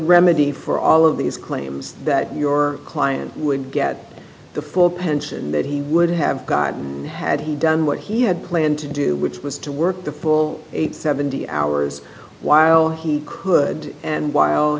remedy for all of these claims that your client would get the full pension that he would have gotten had he done what he had planned to do which was to work the full eight seventy hours while he could and while